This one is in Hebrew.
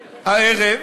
הערב,